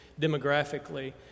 demographically